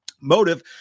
motive